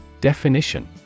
Definition